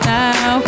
now